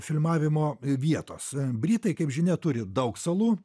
filmavimo vietos britai kaip žinia turi daug salų